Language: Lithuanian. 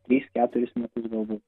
tris keturis metus galbūt